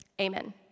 Amen